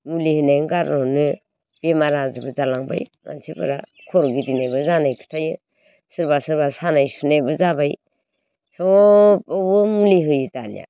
मुलि होनायखौ गारहरनो बेमार आजारबो जालांबाय मानसिफ्रा खर' गिदिनायबो जानाय खिन्थायो सोरबा सोरबा सानाय सुनाबो जाबाय सबआवबो मुलि होयो दानिया